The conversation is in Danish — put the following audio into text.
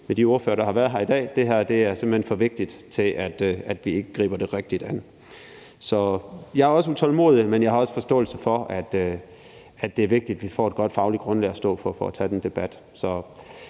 med de ordførere, der har været her i dag, i, at det her simpelt hen er for vigtigt til, at vi ikke griber det rigtigt an. Jeg er også utålmodig, men jeg har også forståelse for, at det er vigtigt, vi får et godt fagligt grundlag at stå på for at tage den debat.